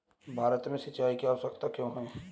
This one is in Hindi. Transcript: भारत में सिंचाई की आवश्यकता क्यों है?